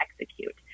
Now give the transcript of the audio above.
execute